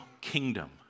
kingdom